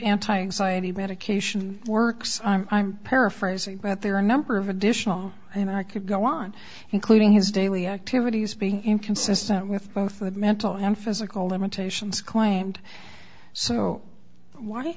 anti anxiety medication works i'm paraphrasing but there are a number of additional i could go on including his daily activities being inconsistent with both of mental and physical limitations claimed so why